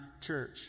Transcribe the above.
church